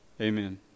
Amen